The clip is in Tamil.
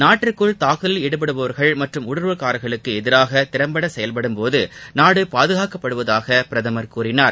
நாட்டிற்குள் தாக்குதலில் ஈடுபடுபவர்கள் மற்றும் ஊடுருவல்காரர்களுக்கு எதிராக திறம்பட செயல்படும்போது நாடு பாதுகாக்கப்படுவதாக பிரதமர் கூறினார்